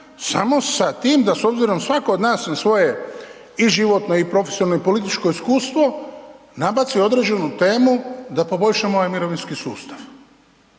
samo sa tim da s obzirom svako od nas na svoje i životno i profesionalno i političko iskustvo nabaci određenu temu da poboljšamo ovaj mirovinski sustav